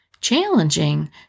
challenging